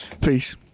Peace